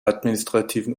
administrativen